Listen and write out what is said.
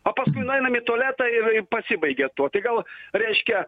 o paskui nueinam į tualetą ir pasibaigia tuo tai gal reiškia